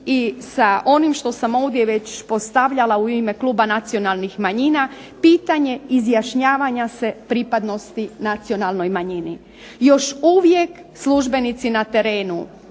i sa onim što sam ovdje već postavljala u ime Kluba nacionalnih manjina pitanja izjašnjavanja pripadnosti nacionalnoj manjini. Još uvijek službenici na terenu